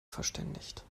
verständigt